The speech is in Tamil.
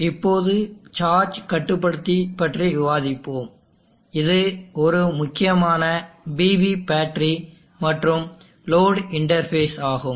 இப்போது சார்ஜ் கட்டுப்படுத்தி பற்றி விவாதிப்போம் இது ஒரு முக்கியமான PV பேட்டரி மற்றும் லோடு இன்டர்பேஸ் ஆகும்